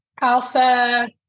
alpha